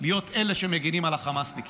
להיות אלה שמגינים על החמאסניקים.